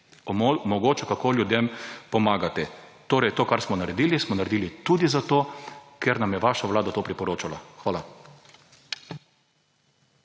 omogoča ljudem pomagati. Torej, to, kar smo naredili, smo naredil tudi zato, ker nam je vaša vlada to priporočala. Hvala.